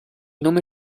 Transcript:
nome